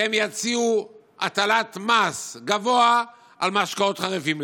שהם יציעו הטלת מס גבוה על משקאות חריפים.